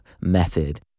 method